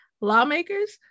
Lawmakers